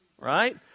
Right